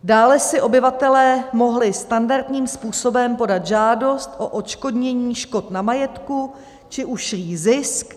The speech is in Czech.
Dále si obyvatelé mohli standardním způsobem podat žádost o odškodnění škod na majetku či ušlý zisk.